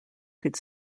could